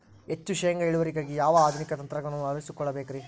ಹೆಚ್ಚು ಶೇಂಗಾ ಇಳುವರಿಗಾಗಿ ಯಾವ ಆಧುನಿಕ ತಂತ್ರಜ್ಞಾನವನ್ನ ಅಳವಡಿಸಿಕೊಳ್ಳಬೇಕರೇ?